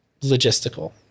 logistical